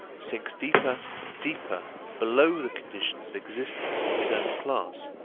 sinks deeper and deeper below the conditions of existence of his own class.